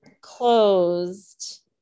closed